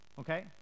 Okay